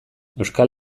euskal